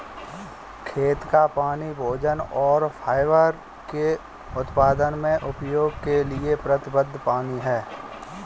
खेत का पानी भोजन और फाइबर के उत्पादन में उपयोग के लिए प्रतिबद्ध पानी है